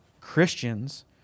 Christians